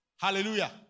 Hallelujah